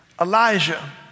Elijah